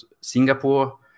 Singapore